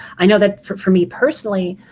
i know that for for me personally,